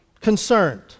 concerned